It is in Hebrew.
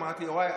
ואמרת לי: יוראי,